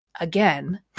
Again